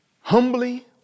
humbly